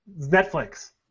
Netflix